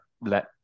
let